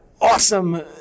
awesome